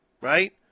Right